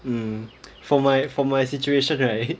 mm for my for my situation right